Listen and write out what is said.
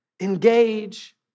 Engage